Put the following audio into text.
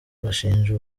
bashinja